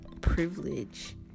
privilege